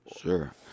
Sure